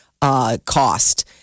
cost